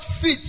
fit